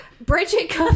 Bridget